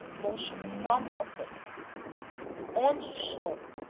motion from a place onde estou,